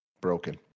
Broken